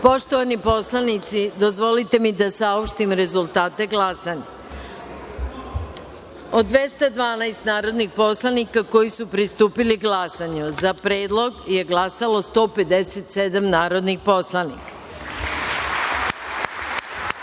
Poštovani poslanici, dozvolite mi da saopštim rezultate glasanja. Od 212 narodnih poslanika koji su pristupili glasanju:za predlog je glasalo 157 narodnih poslanika, protiv